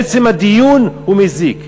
עצם הדיון מזיק.